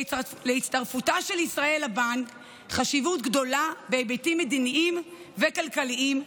להצטרפותה של ישראל לבנק חשיבות גדולה בהיבטים מדיניים וכלכליים,